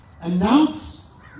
announce